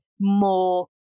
more